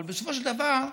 אבל בסופו של דבר,